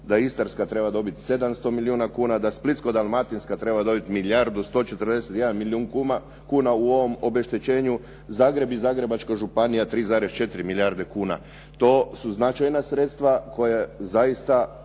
da Istarska treba dobiti 700 milijuna kuna, da Splitsko-dalmatinska treba dobiti milijardu 141 milijun kuna u ovom obeštećenju. Zagreb i Zagrebačka županija 3,4 milijarde kuna. To su značajna sredstva koja zaista